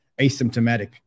asymptomatic